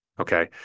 Okay